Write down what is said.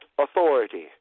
authority